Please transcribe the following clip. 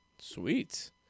sweet